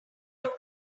named